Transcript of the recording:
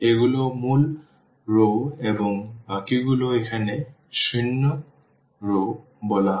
এগুলো মূল রও এবং বাকিগুলো এখানে শূন্য রও বলা হয়